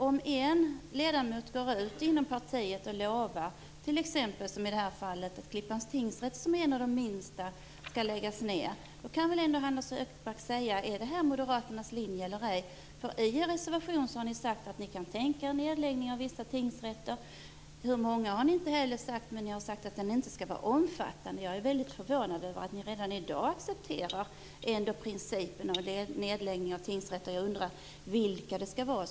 Om en ledamot lovar att Klippans tingsrätt - en av de minsta - inte skall läggas ned, kan väl Anders Högmark säga om det är Moderaternas linje eller ej. I reservationen har ni sagt att ni kan tänka er en nedläggning av vissa tingsrätter. Ni har inte sagt hur många, men att det inte skall vara något omfattande. Jag är förvånad över att ni redan i dag accepterar principen av en nedläggning av tingsrätter. Jag undrar vilka det skall vara.